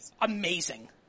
amazing